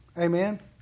Amen